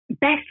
best